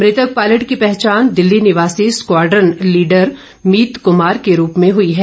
मृतक पायलट की पहचान दिल्ली निवासी स्कवाड्रन लीडर मीत कुमार के रूप में हई है